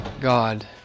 God